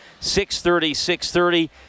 630-630